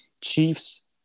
Chiefs